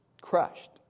crushed